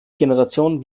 generation